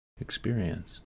experience